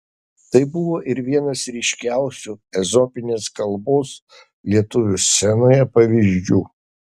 tai buvo ir vienas ryškiausių ezopinės kalbos lietuvių scenoje pavyzdžių